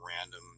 random